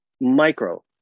micro